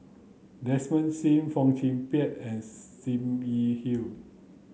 Desmond Sim Fong Chong Pik and Sim Yi Hui